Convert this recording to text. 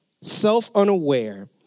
self-unaware